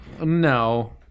No